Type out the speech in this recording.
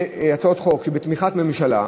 הצעות חוק שבתמיכת ממשלה,